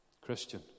Christian